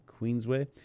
Queensway